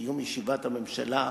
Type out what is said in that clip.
בסיום ישיבת הממשלה,